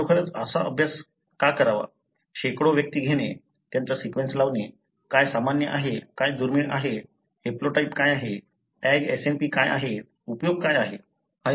मी खरोखरच असा अभ्यास का करावा शेकडो व्यक्ती घेणे त्यांचा सीक्वेन्स लावणे काय सामान्य आहे काय दुर्मिळ आहे हॅप्लोटाइप काय आहे टॅग SNP काय आहेत उपयोग काय आहे